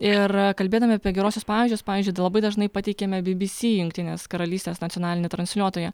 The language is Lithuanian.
ir kalbėdami apie geruosius pavyzdžius pavyzdžiui labai dažnai pateikiame bi bi sy jungtinės karalystės nacionalinį transliuotoją